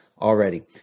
already